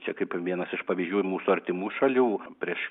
čia kaip vienas iš pavyzdžių mūsų artimų šalių prieš